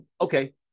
Okay